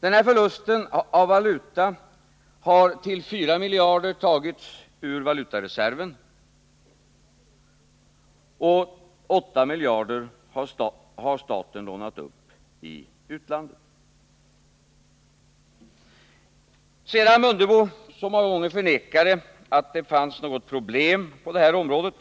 Den förlusten av valuta har till 4 miljarder tagits ur valutareserven, och 8 miljarder har staten lånat upp i utlandet. Sedan Ingemar Mundebo så många gånger förnekat att det fanns några problem på det här området